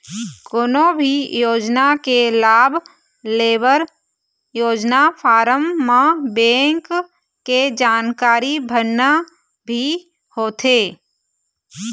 कोनो भी योजना के लाभ लेबर योजना फारम म बेंक के जानकारी भरना भी होथे